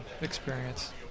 experience